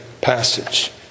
passage